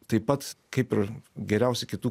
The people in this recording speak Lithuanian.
taip pat kaip ir geriausi kitų